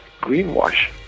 greenwash